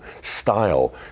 style